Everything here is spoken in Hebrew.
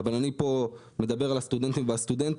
אבל אני פה מדבר על הסטודנטים והסטודנטיות,